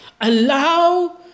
Allow